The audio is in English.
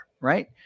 right